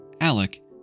Alec